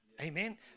Amen